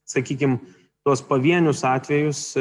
sakykim tuos pavienius atvejus